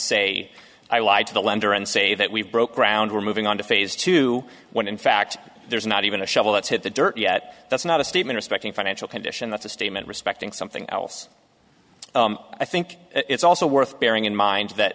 say i lied to the lender and say that we've broken around we're moving on to phase two when in fact there's not even a shovel that's hit the dirt yet that's not a statement respecting financial condition that's a statement respecting something else i think it's also worth bearing in mind that